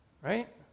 Right